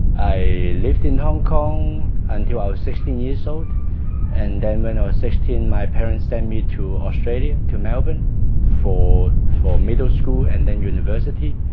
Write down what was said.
i lived in hong kong until i was sixteen years old and then when i was sixteen my parents sent me to australia to melbourne for for middle school and then university